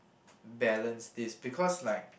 balance this because like